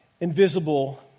invisible